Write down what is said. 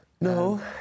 No